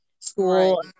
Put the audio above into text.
School